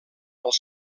els